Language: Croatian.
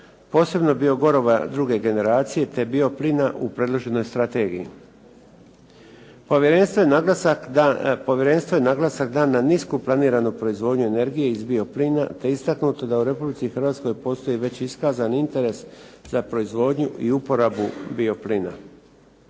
posebno biogoriva druge generacije te bio plina u predloženoj strategiji. Povjerenstvo je naglasak dan na nisku planiranu proizvodnju energije iz bioplina te je istaknuto da u Republici Hrvatskoj postoji već iskazan interes za proizvodnju i uporabu bioplina.